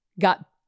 got